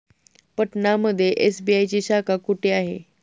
पटना मध्ये एस.बी.आय ची शाखा कुठे आहे?